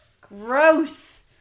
Gross